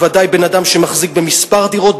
בוודאי לבן-אדם שמחזיק בכמה דירות,